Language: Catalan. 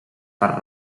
per